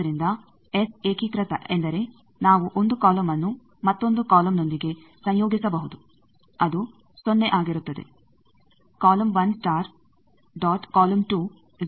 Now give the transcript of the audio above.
ಆದ್ದರಿಂದ ಎಸ್ ಏಕೀಕೃತ ಎಂದರೆ ನಾವು ಒಂದು ಕಾಲಮ್ಅನ್ನು ಮತ್ತೊಂದು ಕಾಲಮ್ ನೊಂದಿಗೆ ಸಂಯೋಗಿಸಬಹುದು ಅದು ಸೊನ್ನೆ ಆಗಿರುತ್ತದೆ